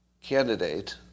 candidate